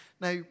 Now